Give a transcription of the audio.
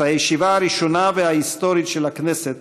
את הישיבה הראשונה וההיסטורית של הכנסת